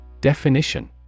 Definition